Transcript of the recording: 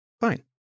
fine